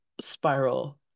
spiral